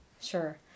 sure